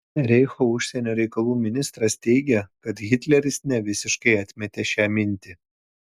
reicho užsienio reikalų ministras teigė kad hitleris nevisiškai atmetė šią mintį